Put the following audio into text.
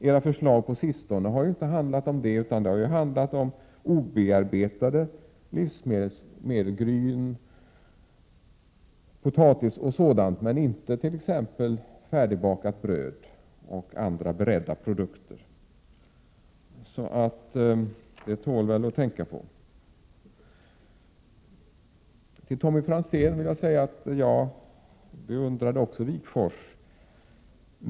Era förslag har på sistone handlat om obearbetade livsmedel, som gryn och potatis, men inte t.ex. bakat bröd och andra beredda produkter. Till Tommy Franzén vill jag säga att också jag beundrade Wigforss.